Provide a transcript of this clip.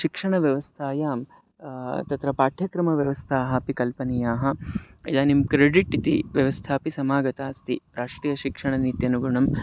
शिक्षणव्यवस्थायां तत्र पाठ्यक्रमव्यवस्थाः अपि कल्पनीयाः इदानीं क्रेडिट् इति व्यवस्था अपि समागता अस्ति राष्ट्रीय शिक्षणनीत्यनुगुणम्